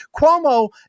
Cuomo